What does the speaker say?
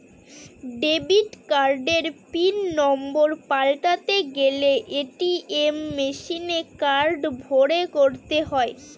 debit কার্ডের pin number পাল্টাতে গেলে এ.টি.এম মেশিনে কার্ড ভোরে করতে হয়